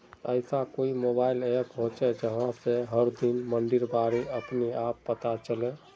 ऐसा कोई mobile app होचे जहा से हर दिन मंडीर बारे अपने आप पता चले?